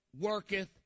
Worketh